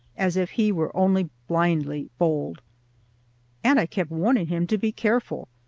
as if he were only blindly bold and i kept warning him to be careful.